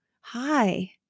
hi